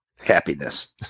happiness